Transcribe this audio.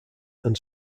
and